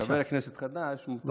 אני כחבר כנסת חדש, מותר לי.